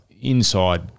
inside